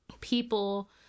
people